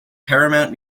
paramount